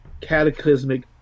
cataclysmic